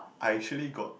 I actually got